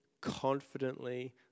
confidently